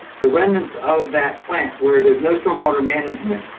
the remnants of that plant where there's no stormwater management